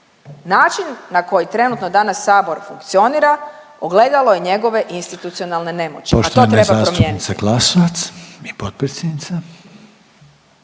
Način na koji trenutno danas Sabor funkcionira, ogledalo je njegove institucionalne nemoći, a to treba promijeniti.